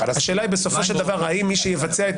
השאלה היא בסופו של דבר האם מי שיבצע את